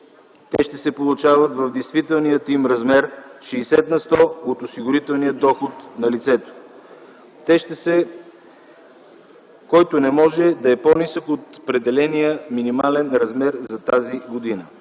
Те ще се получават в действителния им размер - 60 на сто от осигурителния доход на лицето, който не може да е по-нисък от определения минимален размер за тази година.